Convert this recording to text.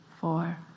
four